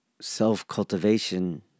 self-cultivation